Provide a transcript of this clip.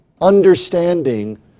understanding